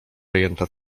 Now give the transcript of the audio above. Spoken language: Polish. rejenta